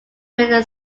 winner